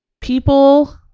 people